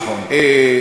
נכון.